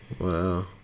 Wow